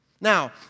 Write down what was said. Now